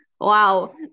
Wow